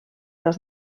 los